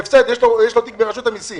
יש לו תיק ברשות המיסים